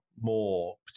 more